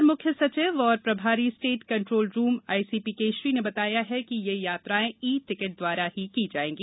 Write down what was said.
अपर म्ख्य सचिव एवं प्रभारी state control room ICP Keshari ने बताया है कि ये यात्राएँ ई टिकिट द्वारा ही की जायेंगी